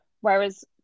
Whereas